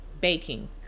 baking